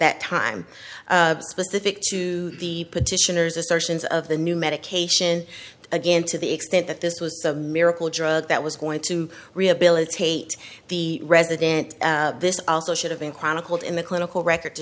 that time specific to the petitioners assertions of the new medication again to the extent that this was a miracle drug that was going to rehabilitate the president this also should have been chronicled in the clinical record to